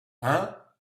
hein